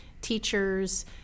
teachers